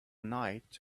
night